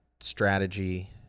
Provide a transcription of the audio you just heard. strategy